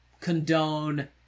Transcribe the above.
condone